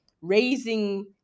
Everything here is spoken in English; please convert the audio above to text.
raising